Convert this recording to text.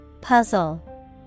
Puzzle